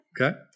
Okay